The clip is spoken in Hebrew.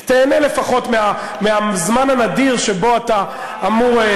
לפחות תיהנה מהזמן הנדיר שבו אתה אמור,